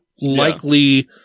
likely